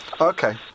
Okay